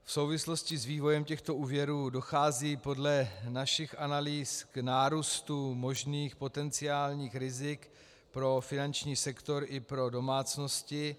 V souvislosti s vývojem těchto úvěrů dochází podle našich analýz k nárůstu možných potenciálních rizik pro finanční sektor i pro domácnosti.